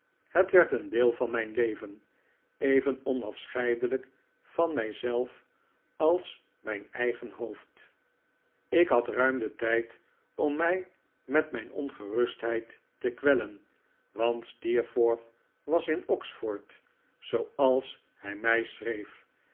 het werd een deel van mijn leven even onafscheidelijk van mij zelf als mijn eigen hoofd ik had ruim den tijd om mij met mijn ongerustheid te kwellen want steerforth was in oxford zooals hij mij schreef